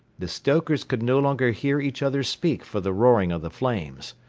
the stokers could no longer hear each other speak for the roaring of the flames.